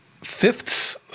fifths